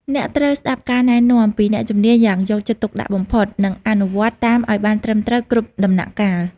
អ្នកត្រូវស្ដាប់ការណែនាំពីអ្នកជំនាញយ៉ាងយកចិត្តទុកដាក់បំផុត និងអនុវត្តតាមឱ្យបានត្រឹមត្រូវគ្រប់ដំណាក់កាល។